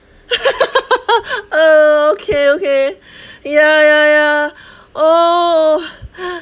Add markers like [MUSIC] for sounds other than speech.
[LAUGHS] oh okay okay ya ya ya oh